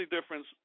difference